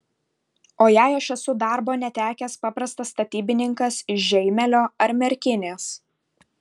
o jei aš esu darbo netekęs paprastas statybininkas iš žeimelio ar merkinės